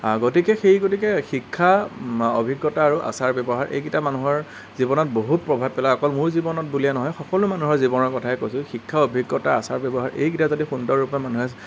গতিকে সেই গতিকে শিক্ষা অভিজ্ঞতা আৰু আচাৰ ব্যৱহাৰ এইকেইটা মানুহৰ জীৱনত বহুত প্ৰভাৱ পেলাই অকল মোৰ জীৱনত বুলিয়েই নহয় সকলো মানুহৰ জীৱনৰ কথাই কৈছোঁ শিক্ষা অভিজ্ঞতা আচাৰ ব্যৱহাৰ এইকেইটা যদি সুন্দৰৰূপে মানুহে